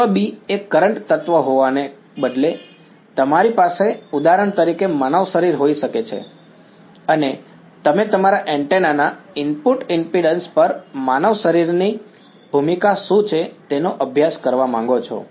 તત્વ B એ current તત્વ હોવાને બદલે તમારી પાસે ઉદાહરણ તરીકે માનવ શરીર હોઈ શકે છે અને તમે તમારા એન્ટેના ના ઇનપુટ ઈમ્પિડ્ન્સ પર માનવ શરીરની ભૂમિકા શું છે તેનો અભ્યાસ કરવા માગો છો